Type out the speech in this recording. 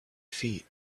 feet